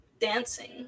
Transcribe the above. dancing